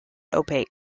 opaque